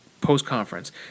post-conference